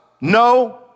No